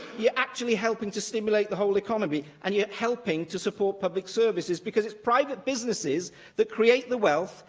you're actually helping to stimulate the whole economy and you're helping to support public services because it's private businesses that create the wealth,